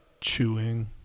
chewing